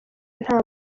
nta